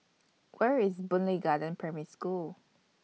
Where IS Boon Lay Garden Primary School